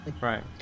Right